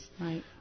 Right